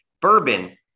bourbon